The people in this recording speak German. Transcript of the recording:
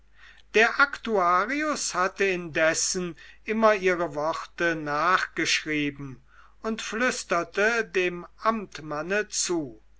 der aktuarius hatte indessen immer ihre worte nachgeschrieben und flüsterte dem amtmanne zu